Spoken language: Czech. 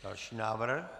Další návrh.